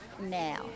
now